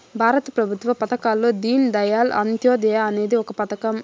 భారత ప్రభుత్వ పథకాల్లో దీన్ దయాళ్ అంత్యోదయ అనేది ఒక పథకం